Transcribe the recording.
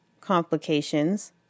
complications